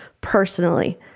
personally